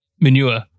manure